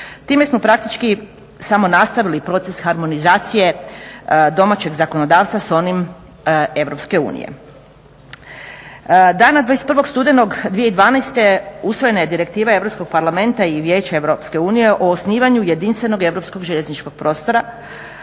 Time smo praktički samo nastavili proces harmonizacije domaćeg zakonodavstva s onim Europske unije. Dana 21. studenog 2012. usvojena je direktiva Europskog parlamenta i Vijeća Europske